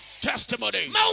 Testimony